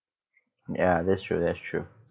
ya that's true that's true